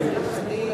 אני,